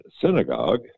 synagogue